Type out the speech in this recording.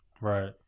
Right